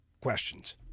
Questions